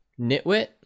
Nitwit